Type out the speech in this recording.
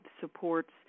supports